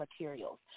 materials